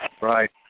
Right